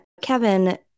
Kevin